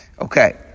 Okay